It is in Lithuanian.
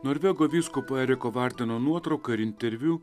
norvego vyskupo eriko vardeno nuotrauka ir interviu